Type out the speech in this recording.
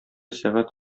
сәгать